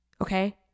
okay